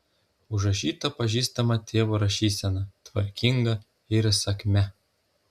užrašyta pažįstama tėvo rašysena tvarkinga ir įsakmia